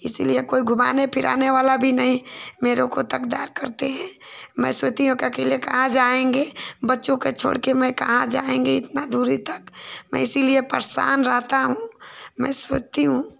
इसीलिए कोई घुमाने फिराने वाला भी नहीं मेरे को तकदार करते हैं मैं सोचती हूँ कि अकेले कहाँ जाएँगे बच्चों को छोड़कर मैं कहाँ जाएँगे इतना दूरी तक इसीलिए परेशान रहती हूँ मैं सोचती हूँ